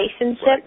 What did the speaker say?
relationship